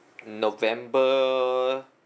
november